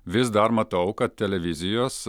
vis dar matau kad televizijos